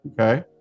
Okay